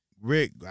Rick